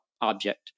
object